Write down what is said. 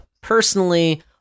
personally